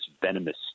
venomous